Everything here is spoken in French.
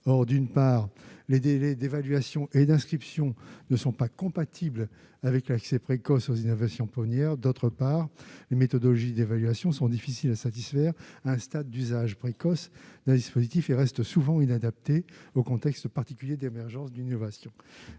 or d'une part, les délais d'évaluation et d'inscriptions ne sont pas compatibles avec l'accès précoce aux innovations pionnières, d'autre part une méthodologie d'évaluation sont difficiles à satisfaire un stade d'usage précoce d'un dispositif et restent souvent inadaptées au contexte particulier d'émergence d'une innovation,